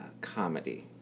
Comedy